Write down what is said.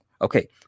okay